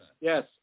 Yes